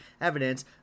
evidence